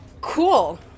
cool